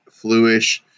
fluish